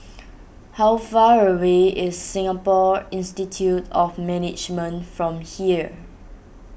how far away is Singapore Institute of Management from here